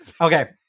Okay